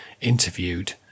interviewed